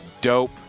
dope